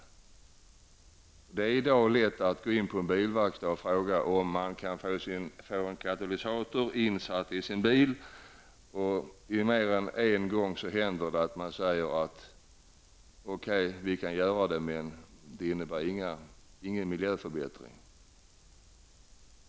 Mer än en gång händer det när man går till en bilverkstad och ber att få en katalysator insatt i sin bil att man får som svar: Okej, vi kan göra det men det innebär ingen miljöförbättring.